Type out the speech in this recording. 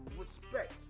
respect